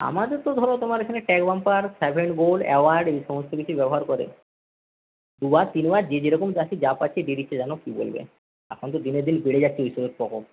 আমাদের তো ধরো তোমার এখানে গোল্ড অ্যাওয়ার্ড এই সমস্ত কিছুই ব্যবহার করে দুবার তিনবার যে যেরকম পারছে যা পারছে দিয়ে দিচ্ছে জানো কি বলবে এখন তো দিনের দিন বেড়ে যাচ্ছে এইসবের প্রকোপ